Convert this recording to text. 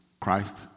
Christ